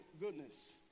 goodness